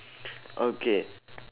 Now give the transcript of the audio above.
okay